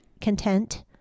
content